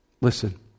Listen